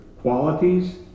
qualities